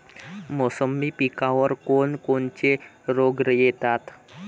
मोसंबी पिकावर कोन कोनचे रोग येतात?